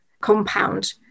compound